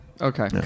Okay